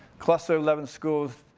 cluster eleven schools,